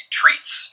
treats